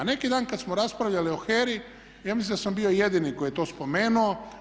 Neki dan kad smo raspravljali o HERA-i ja mislim da sam bio jedini koji je to spomenuo.